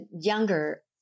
younger